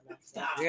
Stop